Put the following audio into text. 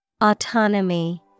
Autonomy